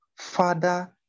Father